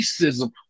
racism